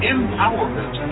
Empowerment